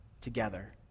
together